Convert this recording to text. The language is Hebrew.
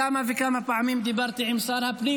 כמה וכמה פעמים דיברתי עם שר הפנים,